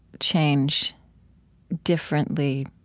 change differently,